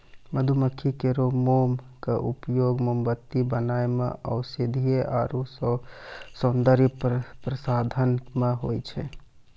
मधुमक्खी केरो मोम क उपयोग मोमबत्ती बनाय म औषधीय आरु सौंदर्य प्रसाधन म होय छै